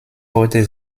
heute